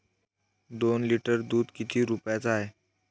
दोन लिटर दुध किती रुप्याचं हाये?